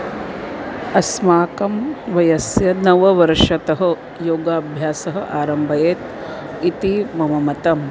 अस्माकं वयस्य नववर्षतः योगाभ्यासः आरम्भयेत् इति मम मतम्